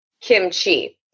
kimchi